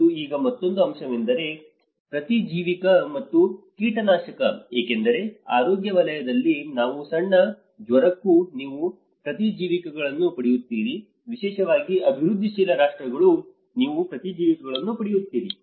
ಮತ್ತು ಈಗ ಮತ್ತೊಂದು ಅಂಶವೆಂದರೆ ಪ್ರತಿಜೀವಕ ಮತ್ತು ಕೀಟನಾಶಕ ಏಕೆಂದರೆ ಆರೋಗ್ಯ ವಲಯದಲ್ಲಿ ನೀವು ಸಣ್ಣ ಜ್ವರಕ್ಕೂ ನೀವು ಪ್ರತಿಜೀವಕಗಳನ್ನು ಪಡೆಯುತ್ತೀರಿ ವಿಶೇಷವಾಗಿ ಅಭಿವೃದ್ಧಿಶೀಲ ರಾಷ್ಟ್ರಗಳಲ್ಲಿ ನೀವು ಪ್ರತಿಜೀವಕಗಳನ್ನು ಪಡೆಯುತ್ತೀರಿ